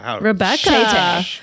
Rebecca